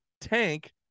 Tank